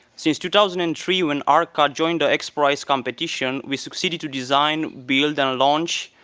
since two thousand and three, when arca joined the x prize competition, we succeeded to design, build, and launch,